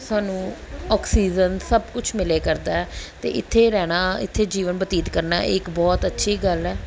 ਸਾਨੂੰ ਆਕਸੀਜਨ ਸਭ ਕੁਛ ਮਿਲਿਆ ਕਰਦਾ ਹੈ ਅਤੇ ਇੱਥੇ ਰਹਿਣਾ ਇੱਥੇ ਜੀਵਨ ਬਤੀਤ ਕਰਨਾ ਇਹ ਇੱਕ ਬਹੁਤ ਅੱਛੀ ਗੱਲ ਹੈ